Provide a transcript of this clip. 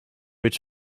its